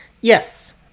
Yes